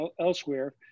elsewhere